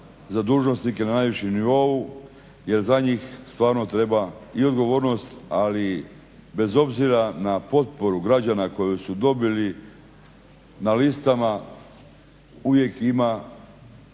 za dužnosnike na najvišem nivou jer za njih stvarno treba i odgovornost ali i bez obzira na potporu građana koju su dobili na listama uvijek ima